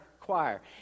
choir